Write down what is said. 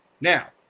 now